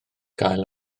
gael